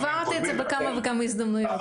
הבהרת את זה בכמה וכמה הזדמנויות,